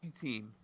team